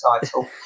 title